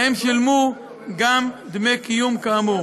שלהם שולמו גם דמי קיום כאמור.